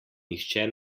nihče